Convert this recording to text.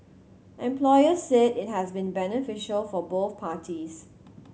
employers said it has been beneficial for both parties